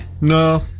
No